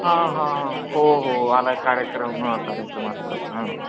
हां हां हां हो हो आला आहे कार्यक्रम कार्यक्रम आला लवकर हां